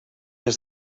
més